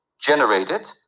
generated